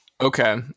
Okay